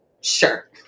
Sure